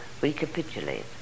recapitulate